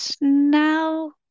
Now